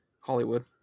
Hollywood